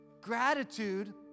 gratitude